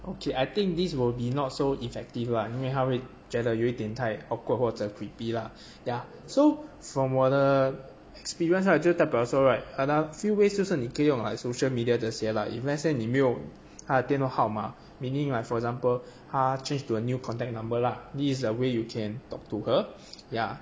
okay I think this will be not so effective lah 因为她会觉得有一点太 awkward 或者 creepy lah ya so from 我的 experience lah 就代表说 right another few ways 就是你可以用 like social media 这些 lah if let's say 你没用她的电话号码 meaning like for example 她 changed to a new contact number lah this is a way you can talk to her ya